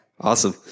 Awesome